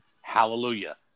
hallelujah